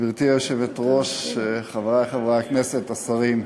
גברתי היושבת-ראש, חברי חברי הכנסת, השרים,